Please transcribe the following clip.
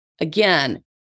Again